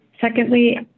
Secondly